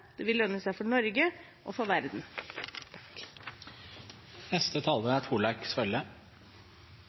det vil lønne seg for Norge og for verden.